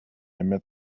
met